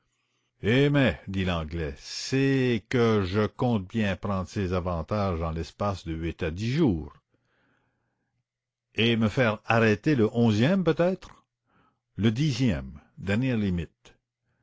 eh mais dit l'anglais c'est que je compte bien prendre ces avantages en l'espace de huit à dix jours et me faire arrêter le onzième peut-être le dixième dernière limite